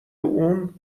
اون